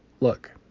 Look